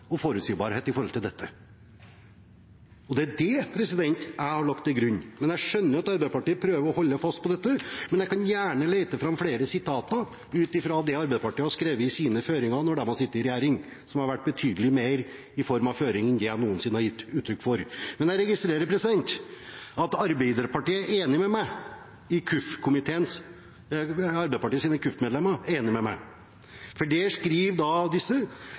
og forutsigbarhet med hensyn til dette. Det er det jeg har lagt til grunn. Jeg skjønner at Arbeiderpartiet prøver å holde fast ved dette, men jeg kan gjerne lete fram flere sitater ut fra det Arbeiderpartiet har skrevet i sine føringer når de har sittet i regjering, som har vært betydelig mer i form av føringer enn det jeg noensinne har gitt uttrykk for. Jeg registrerer at Arbeiderpartiets medlemmer av KUF-komiteen er enig med meg, for de skriver i